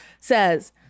Says